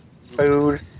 food